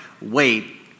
wait